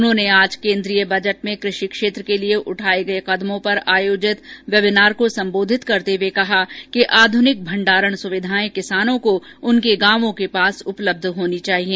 उन्होंने आज केंद्रीय बजट में कृषि क्षेत्र के लिए उठाए गए कदमों पर आयोजित वेबिनार को संबोधित करते हए कहा कि आधुनिक भंडारण सुविधाएं किसानों को उनके गांवों के पास उपलब्ध होनी चाहिए